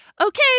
okay